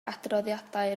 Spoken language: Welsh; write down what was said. adroddiadau